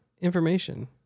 information